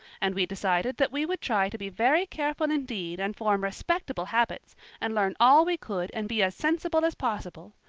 and we decided that we would try to be very careful indeed and form respectable habits and learn all we could and be as sensible as possible,